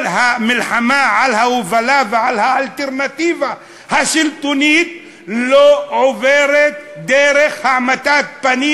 כל המלחמה על ההובלה ועל האלטרנטיבה השלטונית לא עוברת דרך העמדת פנים,